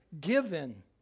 given